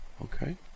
Okay